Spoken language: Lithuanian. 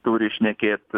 turi šnekėt